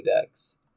decks